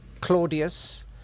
Claudius